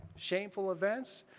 shameful events,